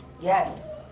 Yes